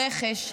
הרכש,